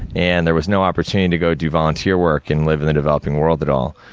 and, there was no opportunity to go do volunteer work, and live in the developing world at all.